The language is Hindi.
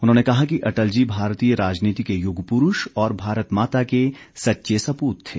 उन्होंने कहा कि अटल जी भारतीय राजनीति के युग पुरुष और भारत माता के सच्चे सपूत थे